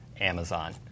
Amazon